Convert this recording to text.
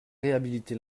réhabiliter